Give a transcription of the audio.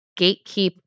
gatekeep